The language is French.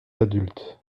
adultes